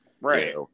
right